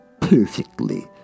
Perfectly